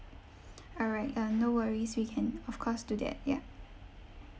all right uh no worries we can of course do that ya